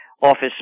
office